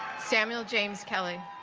samuel james kelly